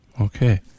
Okay